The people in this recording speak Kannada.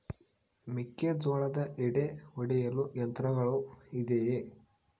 ಮೆಕ್ಕೆಜೋಳದ ಎಡೆ ಒಡೆಯಲು ಯಂತ್ರಗಳು ಇದೆಯೆ?